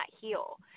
heal